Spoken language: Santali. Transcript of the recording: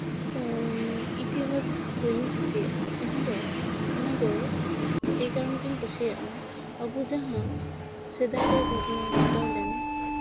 ᱤᱛᱤᱦᱟᱥ ᱵᱳᱭᱤᱧ ᱠᱩᱥᱤᱭᱟᱜᱼᱟ ᱡᱟᱦᱟᱸ ᱫᱚ ᱚᱱᱟ ᱫᱚ ᱮᱭ ᱠᱟᱨᱚᱱ ᱛᱤᱧ ᱠᱩᱥᱤᱭᱟᱜᱼᱟ ᱟᱵᱚ ᱡᱟᱦᱟᱸ ᱥᱮᱫᱟᱭ ᱨᱮ ᱜᱷᱚᱴᱚᱱᱟ ᱜᱷᱚᱴᱟᱣ ᱞᱮᱱ